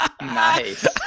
Nice